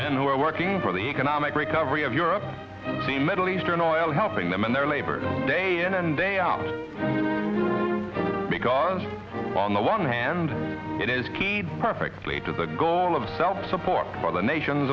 men who are working for the economic recovery of europe the middle eastern oil helping them and their labor day in and day out because on the one hand it is keyed perfectly to the goal of self support for the nations